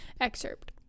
excerpt